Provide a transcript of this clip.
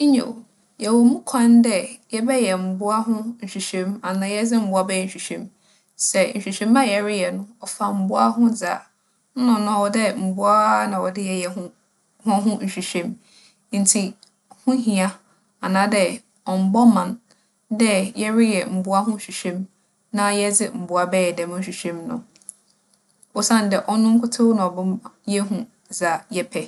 Nyew, yɛwͻ ho kwan dɛ yɛbɛyɛ mbowa ho nhwehwɛmu anaa yɛdze mbowa bɛyɛ nhwehwɛmu. Sɛ nhwehwɛmu a yɛreyɛ no, ͻfa mbowa ho dze a, nna ͻno ͻwͻ dɛ mbowa ara na ͻwͻ dɛ yɛyɛ ho - hͻnho nhwehwɛmu. Ntsi ho hia anaadɛ ͻmmbͻ man dɛ yɛreyɛ mbowa ho nhwehwɛmu na yɛdze mbowa bɛyɛ dɛm nhwehwɛmu no. Osiandɛ ͻno nkutoo na ͻbɛma yehu dza yɛpɛ.